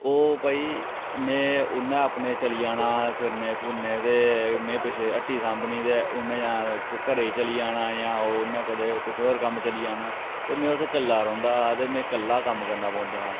ओह् भाई में उन्नै अपने चली जाना फिरने फुरने ते में पिच्छें हट्टी सांभनी ते उन्नै जां घरै ई चली जाना जां उन्नै कदें कुसै होर कम्म चली जाना ते में उत्थें कल्ला रौंह्दा हा ते में कल्ला कम्म करना पौंदा हा